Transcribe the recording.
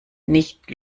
nicht